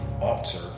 alter